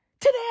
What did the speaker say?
Today